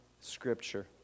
Scripture